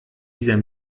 dieser